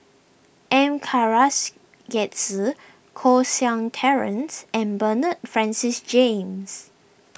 M Karthigesu Koh Seng Terence and Bernard Francis James